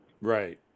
Right